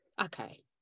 Okay